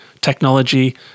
technology